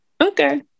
Okay